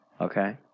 okay